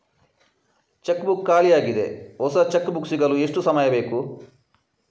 Check book ಖಾಲಿ ಯಾಗಿದೆ, ಹೊಸ ಚೆಕ್ ಬುಕ್ ಸಿಗಲು ಎಷ್ಟು ಸಮಯ ಬೇಕು?